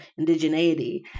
indigeneity